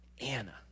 Anna